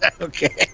Okay